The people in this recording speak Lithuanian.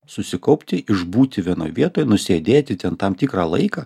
susikaupti išbūti vienoj vietoj nusėdėti ten tam tikrą laiką